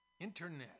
internet